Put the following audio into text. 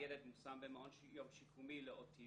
הילד מושם במעון יום שיקומי לאוטיזם,